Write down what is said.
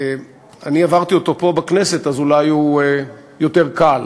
אני עברתי אותו פה בכנסת, אז אולי הוא יותר קל.